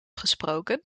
gesproken